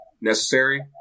necessary